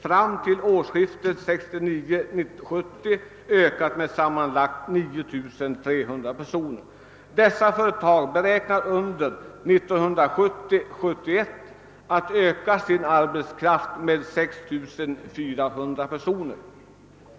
fram till årsskiftet 1969—1970 ökat med sammanlagt 9300 personer. Dessa företag beräknar under 1970 och 1971 att öka sin arbetskraft med 6 400 personer.